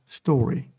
story